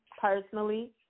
personally